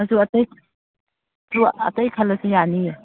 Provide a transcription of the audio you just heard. ꯃꯆꯨ ꯑꯇꯩ ꯈꯜꯂꯁꯨ ꯌꯥꯅꯤꯌꯦ